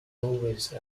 always